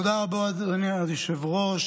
תודה רבה, אדוני היושב-ראש.